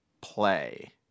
play